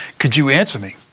could you answer me?